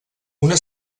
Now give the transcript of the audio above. una